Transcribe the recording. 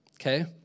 Okay